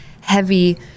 heavy